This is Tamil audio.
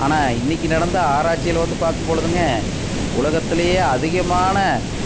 ஆனால் இன்னைக்கு நடந்த ஆராய்ச்சியில வந்து பார்க்குபொழுதுங்க உலகத்துலையே அதிகமான